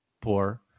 poor